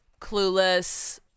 Clueless